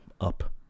up